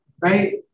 right